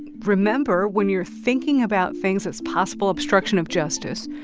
remember, when you're thinking about things as possible obstruction of justice,